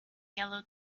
yellow